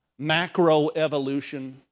macroevolution